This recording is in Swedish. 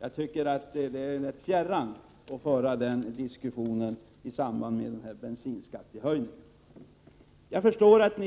Jag tycker att det är ganska fjärran att föra den diskussionen i samband med debatten om bensinskattehöjningen. Jag förstår att ni